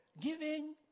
giving